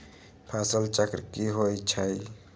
फसल चक्र की होई छै?